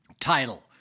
title